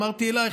אמרתי אלייך,